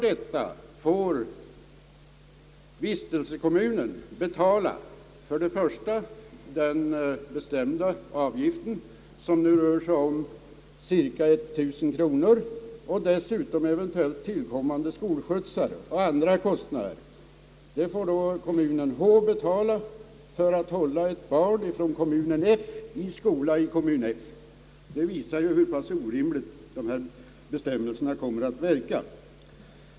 Då får vistelsekommunen betala för det första den bestämda avgiften, som nu rör sig om cirka 1 000 kronor, och för det andra eventuellt tillkommande skolskjutsar och andra kostnader. Dessa kostnader får alltså kommunen H betala för att hålla ett barn från kommunen F i skola i kommunen F. Detta visar hur orimligt de här bestämmelserna kan verka.